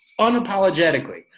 unapologetically